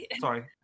sorry